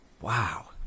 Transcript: Wow